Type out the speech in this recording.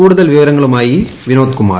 കൂടുതൽ വിവരങ്ങളുമായി വിനോദ് കുമാർ